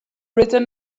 written